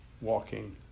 walking